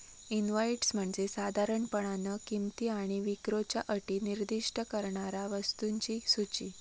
invoice म्हणजे साधारणपणान किंमत आणि विक्रीच्यो अटी निर्दिष्ट करणारा वस्तूंची सूची